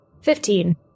Fifteen